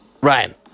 Ryan